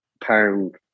pound